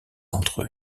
entre